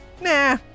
nah